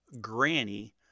granny